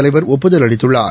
தலைவர் ஒப்புதல் அளித்துள்ளார்